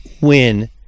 win